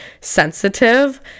sensitive